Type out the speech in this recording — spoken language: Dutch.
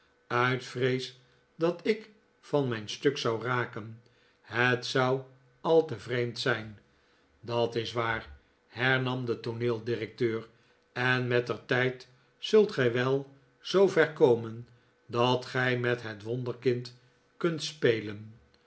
uit vrees dat ik van mijn stuk zou raken het zou al te vreemd zijn dat is waar hernam de tooneeldirecteur en mettertijd zult gij wel zoover komen dat gij met het wonderkind kunt spelen